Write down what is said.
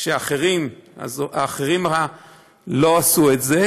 כשהאחרים לא עשו את זה.